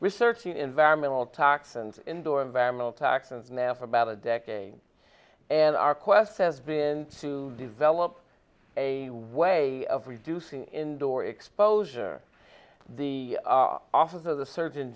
researching environmental toxins indoor environmental toxins now for about a decade and our quest has been to develop a way of reducing indoor exposure the office of the surgeon